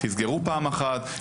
תסגרו פעם אחת את הפערים.